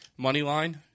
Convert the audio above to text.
Moneyline